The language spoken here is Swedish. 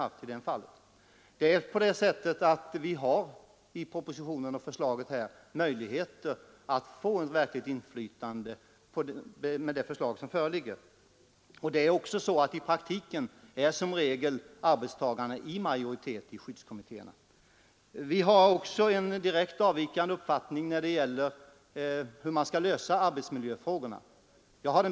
Med det förslag som föreligger i propositionen har arbetarna möjligheter att få ett verkligt inflytande. I praktiken är som regel arbetstagarna i majoritet i skyddskommittéerna. Jag har också en direkt avvikande uppfattning när det gäller hur man skall lösa arbetsmiljöfrågorna.